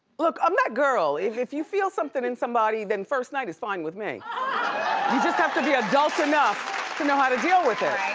look, i'm that girl. if if you feel something in somebody, then first night is fine with me. you just have to be adult enough to know how to deal with it.